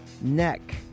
neck